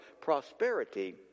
prosperity